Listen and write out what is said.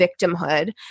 victimhood